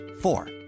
Four